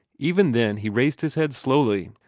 even then he raised his head slowly,